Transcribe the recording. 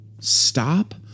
Stop